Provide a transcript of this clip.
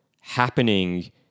happening